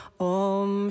om